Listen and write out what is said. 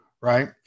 right